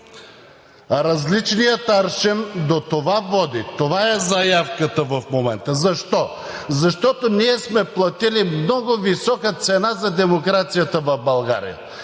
Различният аршин до това води. Това е заявката в момента. Защо? Защото ние сме платили много висока цена за демокрацията в България.